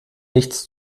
nichts